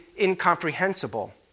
incomprehensible